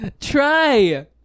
try